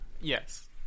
Yes